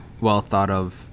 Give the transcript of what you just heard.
well-thought-of